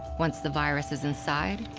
once the virus is inside,